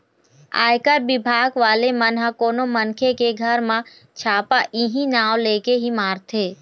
आयकर बिभाग वाले मन ह कोनो मनखे के घर म छापा इहीं नांव लेके ही मारथे